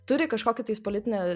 turi kažkokį tais politinę